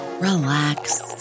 relax